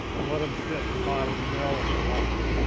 and let them sit in the bottom of the mill and rot.